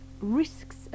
risks